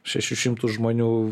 šešių šimtų žmonių